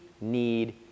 need